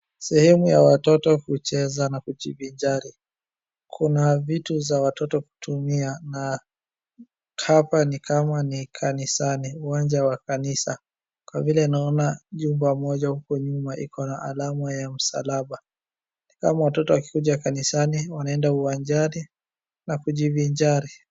Sehemu ya watoto kucheza na kujivinjari. Kuna vitu za watoto kutumia na hapa ni kama ni kanisani , uwanja wa kanisa kwa vile naona jumba moja huko nyuma ikona alama ya msalaba. Ni kama watoto wakikuja kanisani wanaenda kwa uwanjani na kujivinjari.